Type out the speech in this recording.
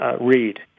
read